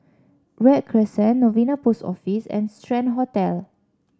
Read Crescent Novena Post Office and Strand Hotel